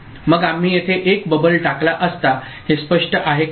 मग आम्ही येथे एक बबल टाकला असता हे स्पष्ट आहे का